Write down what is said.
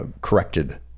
corrected